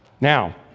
Now